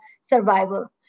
survival